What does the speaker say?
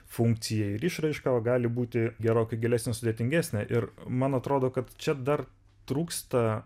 funkciją ir išraišką o gali būti gerokai gilesnė sudėtingesnė ir man atrodo kad čia dar trūksta